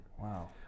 Wow